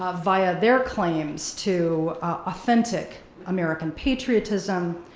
ah via their claims to authentic american patriotism,